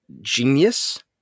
genius